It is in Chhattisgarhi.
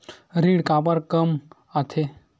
ऋण काबर कम आथे?